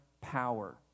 power